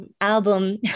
album